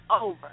over